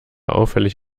auffällig